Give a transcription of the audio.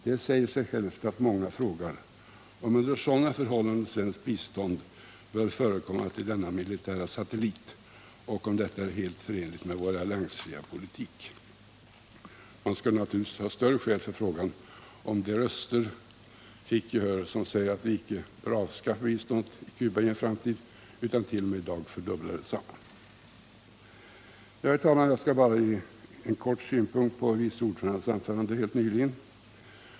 Det säger sig självt att många frågar, om under sådana förhållanden svenskt bistånd bör förekomma till denna militära satellit, och om detta är helt förenligt med vår alliansfria politik. Man skulle naturligtvis ha större skäl för frågan, om de fick gehör som säger att vi icke bör avskaffa biståndet till Cuba i en framtid utan t.o.m. i dag fördubbla detsamma. Herr talman! Jag skall bara kortfattat ge en synpunkt på vice ordförandens anförande nyss.